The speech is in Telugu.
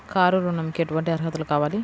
కారు ఋణంకి ఎటువంటి అర్హతలు కావాలి?